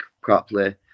properly